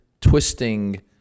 twisting